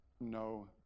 no